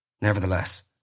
Nevertheless